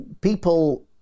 people